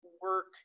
work